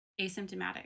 asymptomatic